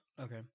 Okay